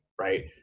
right